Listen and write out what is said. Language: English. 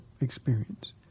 experience